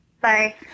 Bye